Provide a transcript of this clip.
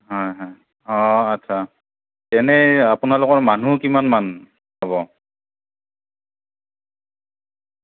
হাঁ হাঁ আচ্ছা এনেই আপোনালোকৰ মানুহ কিমানমান হ'ব